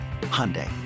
Hyundai